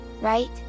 right